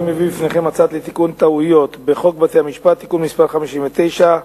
אני מביא בפניכם הצעה לתיקון טעויות בחוק בתי-המשפט (תיקון מס' 59),